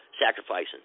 sacrificing